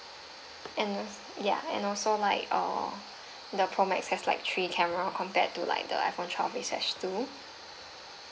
and ya and also like uh the pro max has like three camera compared to like the iphone twelve which have two